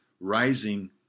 rising